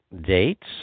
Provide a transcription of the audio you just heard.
dates